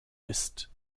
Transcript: ist